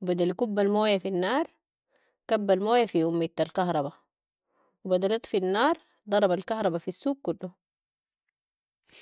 وبدل يكب الموية في النار كب الموية في امية الكهرباء وبدل يطفي النار ضرب الكهرباء في السوق كلو.